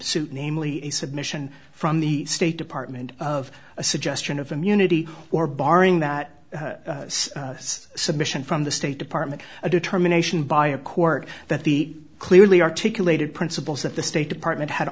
suit namely a submission from the state department of a suggestion of immunity or barring that us submission from the state department a determination by a court that the clearly articulated principles that the state department had